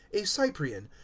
a cyprian,